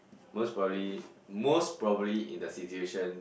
most probably most probably in the situation